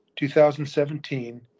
2017